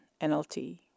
NLT